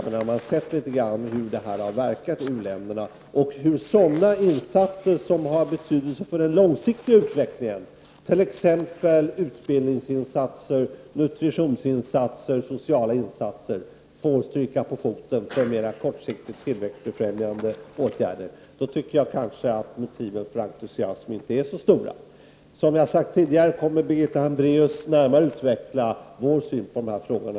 Har man sett litet hur detta program har verkat på u-länderna och hur så dana insatser som har betydelse för den långsiktiga utvecklingen, t.ex. utbildningsinsatser, nutritionsinsater och sociala insatser får stryka på foten för mera kortsiktigt tillväxtfrämjande åtgärder, tycker jag att motiven för entusiasm inte är så stora. Birgitta Hambraeus kommer närmare utveckla vår syn på dessa frågor.